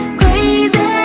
crazy